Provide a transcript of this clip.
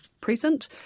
present